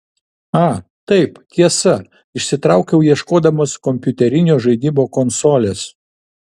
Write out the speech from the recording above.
a taip tiesa išsitraukiau ieškodamas kompiuterinio žaidimo konsolės